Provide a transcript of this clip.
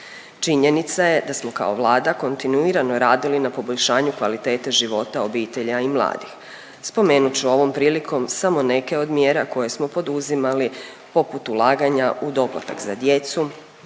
Činjenica je da smo kao Vlada kontinuirano radili na poboljšanju kvalitete života, obitelji a i mladih. Spomenut ću ovom prilikom samo neke od mjera koje smo poduzimali poput ulaganja u domove za djecu.